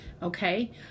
Okay